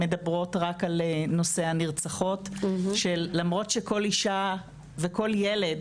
מדברות רק על נושא הנרצחות שלמרות שכל אישה וכל ילד,